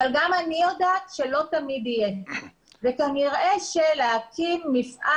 אבל גם אני יודעת שלא תמיד יהיה וכנראה שלהקים מפעל